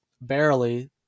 barely